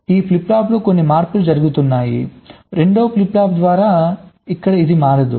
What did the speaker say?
ఈ ఫ్లిప్ ఫ్లాప్లో కొన్ని మార్పులు జరుగుతున్నాయి రెండవ ఫ్లిప్ ఫ్లాప్ ద్వారా ఇక్కడ ఇది మారదు